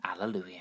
Alleluia